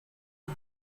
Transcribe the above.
sie